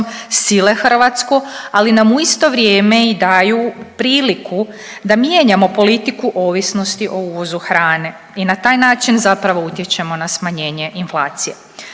sile Hrvatsku, ali nam u isto vrijeme i daju priliku da mijenjamo politiku o ovisnosti o uvozu hrane i na taj način zapravo utječemo na smanjenje inflacije.